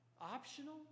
optional